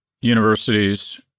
universities